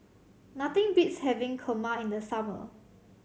nothing beats having Kheema in the summer